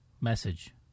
message